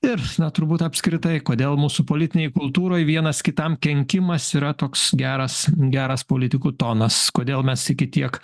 ir na turbūt apskritai kodėl mūsų politinėj kultūroj vienas kitam kenkimas yra toks geras geras politikų tonas kodėl mes iki tiek